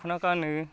दखना गानो